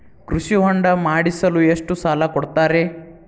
ಕೃಷಿ ಹೊಂಡ ಮಾಡಿಸಲು ಎಷ್ಟು ಸಾಲ ಕೊಡ್ತಾರೆ?